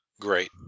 great